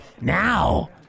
Now